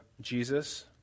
Jesus